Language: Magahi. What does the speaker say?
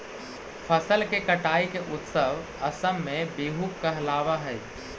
फसल के कटाई के उत्सव असम में बीहू कहलावऽ हइ